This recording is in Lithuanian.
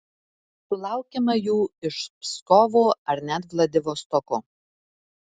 sulaukiama jų iš pskovo ar net vladivostoko